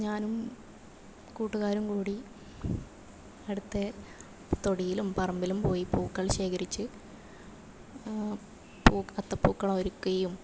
ഞാനും കൂട്ടുകാരും കൂടി അടുത്തെ തൊടിയിലും പറമ്പിലും പോയി പൂക്കൾ ശേഖരിച്ച് പൂ അത്തപ്പൂക്കളം ഒരുക്കുകയും